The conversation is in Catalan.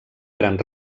gran